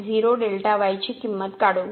आता आपण ची किंमत काढू